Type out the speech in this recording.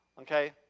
okay